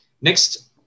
Next